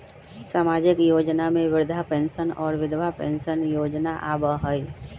सामाजिक योजना में वृद्धा पेंसन और विधवा पेंसन योजना आबह ई?